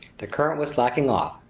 the current was slacking off,